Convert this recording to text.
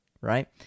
right